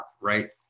Right